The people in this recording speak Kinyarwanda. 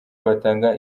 batanga